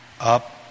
up